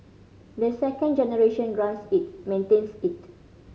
the second generation runs it maintains it